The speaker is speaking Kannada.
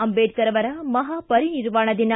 ಅಂಬೇಡ್ಕರ್ ಅವರ ಮಹಾಪರಿನಿರ್ವಾಣ ದಿನ